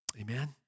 Amen